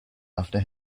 after